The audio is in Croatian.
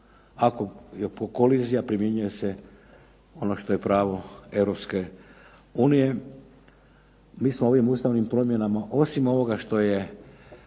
Ako je pokolizija primjenjuje se ono što je pravo Europske unije. Mi smo ovim ustavnim promjenama osim ovoga što je